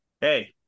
hey